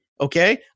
Okay